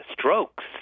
strokes